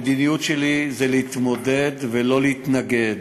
המדיניות שלי זה להתמודד, ולא להתנגד.